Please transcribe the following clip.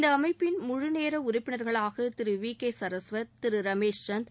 இந்த அமைப்பின் முழுநேர உறுப்பினர்களாக திரு வி கே சரஸ்வத் திரு ரமேஷ் சந்த்